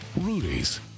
Rudy's